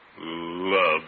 Love